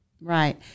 Right